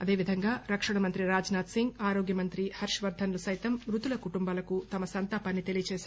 అదే విధంగా రక్షణ మంత్రి రాజ్ నాధ్ సింగ్ ఆరోగ్య మంత్రి హర్షవర్దన్ సైతం మ్ఫతుల కుటుంబాలకు తమ సంతాపాన్ని తెలియజేశారు